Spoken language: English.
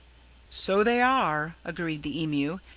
so they are, agreed the emu,